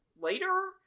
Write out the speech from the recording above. later